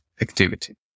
activity